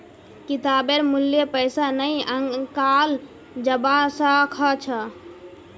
किताबेर मूल्य पैसा नइ आंकाल जबा स ख छ